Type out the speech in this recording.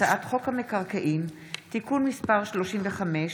הצעת חוק המקרקעין (תיקון מס' 35)